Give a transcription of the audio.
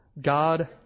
God